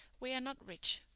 we are not rich,